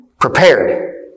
prepared